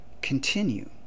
continue